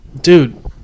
Dude